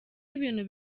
ibintu